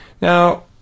Now